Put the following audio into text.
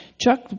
Chuck